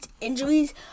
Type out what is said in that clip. injuries